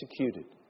executed